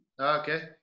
Okay